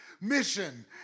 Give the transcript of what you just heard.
mission